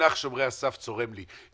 המונח "שומרי הסף" צורם לי.